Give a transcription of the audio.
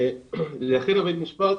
לאחר בית המשפט,